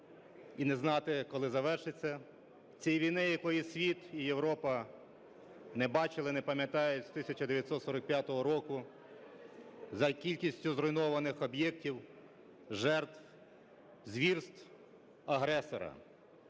і знати коли завершиться, цієї війни, якої світ і Європа не бачили і не пам'ятають з 1945 року за кількістю зруйнованих об'єктів, жертв, звірств агресора.